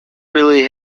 really